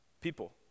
people